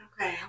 Okay